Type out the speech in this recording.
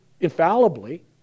infallibly